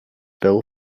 bill